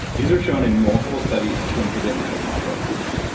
these are shown in multiple studies to inhibit mitochondrial function.